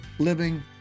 living